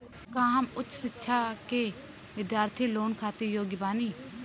का हम उच्च शिक्षा के बिद्यार्थी लोन खातिर योग्य बानी?